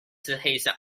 his